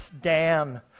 Dan